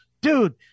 Dude